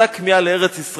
אותה כמיהה לארץ-ישראל,